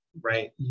right